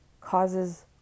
causes